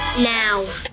Now